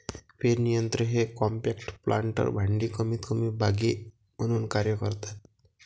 पेरणी यंत्र हे कॉम्पॅक्ट प्लांटर भांडी कमीतकमी बागे म्हणून कार्य करतात